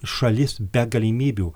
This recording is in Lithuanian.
šalis be galimybių